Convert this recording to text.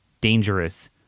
dangerous